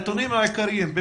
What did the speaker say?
הנתונים העיקריים.